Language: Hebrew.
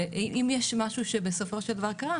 ואם יש משהו שבסופו של דבר קרה,